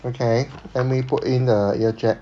okay let me put in the earjack